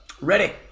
Ready